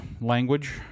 language